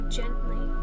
gently